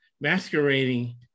masquerading